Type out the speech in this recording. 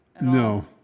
No